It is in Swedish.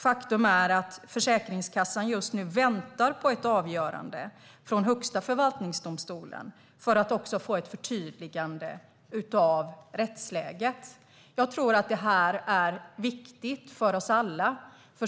Faktum är att Försäkringskassan just nu väntar på ett avgörande från Högsta förvaltningsdomstolen för att få ett förtydligande av rättsläget. Jag tror att det här är viktigt för oss alla.